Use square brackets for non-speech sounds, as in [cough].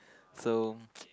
so [noise]